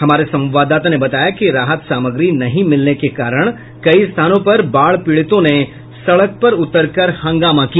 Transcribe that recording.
हमारे संवाददाता ने बताया कि राहत सामग्री नहीं मिलने के कारण कई स्थानों पर बाढ़ पीड़ितों ने सड़क पर उतर कर हंगामा किया